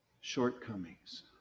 shortcomings